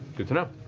good to know.